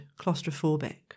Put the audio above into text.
claustrophobic